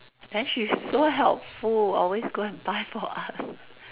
then she's so helpful always go and buy for us